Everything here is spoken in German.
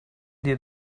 dir